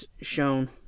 shown